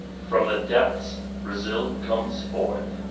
from the depths brazil comes forth